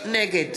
נגד